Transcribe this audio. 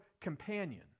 companion